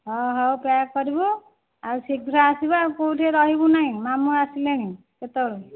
ହଁ ହଉ ପ୍ୟାକ୍ କରିବୁ ଆଉ ଶୀଘ୍ର ଆସିବୁ ଆଉ କେଉଁଠି ରହିବୁ ନାହିଁ ମାମୁଁ ଆସିଲେଣି କେତେବେଳୁ